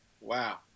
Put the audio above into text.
Wow